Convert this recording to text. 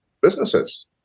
businesses